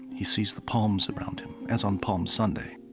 he sees the palms around him, as on palm sunday